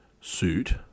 suit